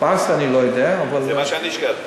14 אני לא יודע, אבל, זה מה שאני השקעתי.